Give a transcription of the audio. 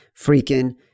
freaking